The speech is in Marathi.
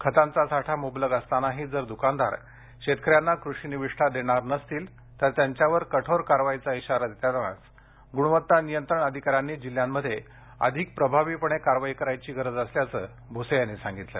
खतांचा साठा मुबलक असतानाही जर दुकानदार शेतकऱ्यांना कृषि निविष्ठा देणार नसतील तर त्यांच्यावर कठोर कारवाईचा इशारा देतानाच गुणवत्ता नियंत्रण अधिकाऱ्यांनी जिल्ह्यांमध्ये अधिक प्रभावीपणे कारवाई करायची गरज असल्याचे भूसे यांनी सांगितले